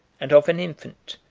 and of an infant,